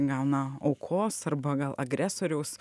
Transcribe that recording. gauna aukos arba gal agresoriaus